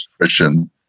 christian